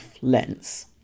lens